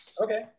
Okay